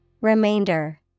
Remainder